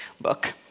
book